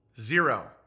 Zero